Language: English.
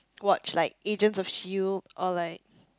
watch like Agents of Shield or like